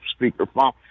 speakerphone